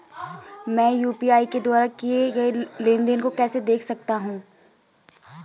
मैं यू.पी.आई के द्वारा किए गए लेनदेन को कैसे देख सकता हूं?